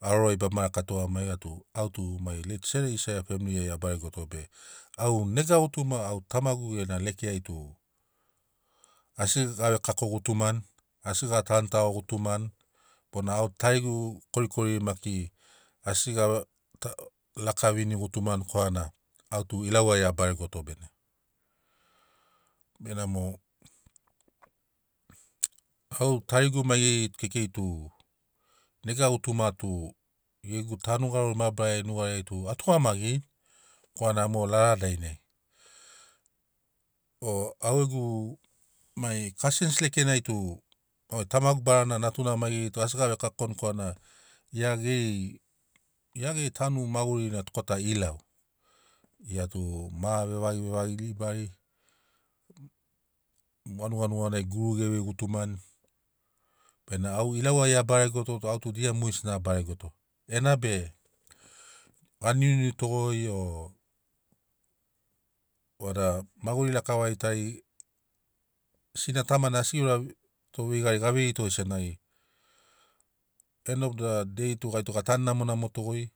haroro ai bama laka toga maiga tu au tu mai sere isaiah femiliai a baregoto be au nega gutuma au tamagu gena lekeai tu asi gave kako gutumani asi ga tanutago gutumani bona au tarigu korikoriri maki asi ga ve lakavini gutumani korana au tu ilau ai a baregoto bene. Benamo au tarigu maigeri kekei tu nega gutuma tu gegu tanu garori mabari nugariai tu a tugamagirini korana mo lala dainai o au gegu mai kasens lekenai tu au tamagu barana natuna maigeri tu asi gave kakoni korana gia geri gia geri tanu magurina kota ilau gia tu ma vevagivevagi ribari vanuga nuganai guru ge vei gutumani benamo au ilau ai a baregoto be au tu dia mogesina a baregoto enabe ga niuniu to goi o maguri lakavari tari sina tama na asi ge ura to veigari ga veito senagi end of da dei tug a tanu namonamo to goi